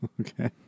Okay